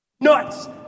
nuts